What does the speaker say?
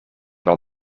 wel